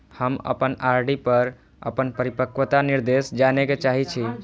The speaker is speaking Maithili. हम अपन आर.डी पर अपन परिपक्वता निर्देश जाने के चाहि छी